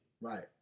Right